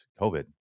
COVID